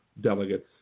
delegates